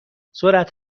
سرعت